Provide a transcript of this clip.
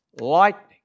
lightning